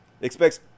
expects